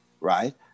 right